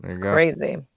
Crazy